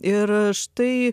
ir štai